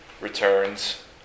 returns